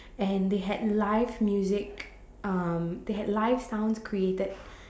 and they had live music um they had live sounds created